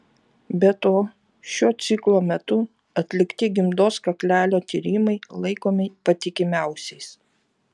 be to šiuo ciklo metu atlikti gimdos kaklelio tyrimai laikomi patikimiausiais